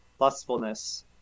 lustfulness